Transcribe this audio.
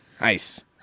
Nice